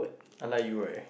unlike you eh